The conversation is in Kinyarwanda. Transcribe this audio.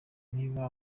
niba